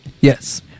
Yes